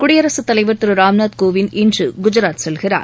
குடியரசுத் தலைவர் திரு ராம்நாத் கோவிந்த் இன்று குஜராத் செல்கிறார்